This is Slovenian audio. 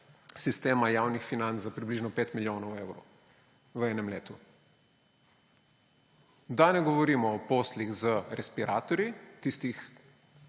sistema javnih financ za približno 5 milijonov evrov v enem letu. Da ne govorimo o poslih z respiratorji, tistih